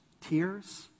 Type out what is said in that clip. tears